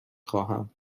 خواهم